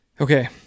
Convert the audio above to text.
Okay